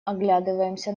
оглядываемся